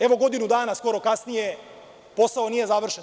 Evo, godinu dana skoro kasnije posao nije završen.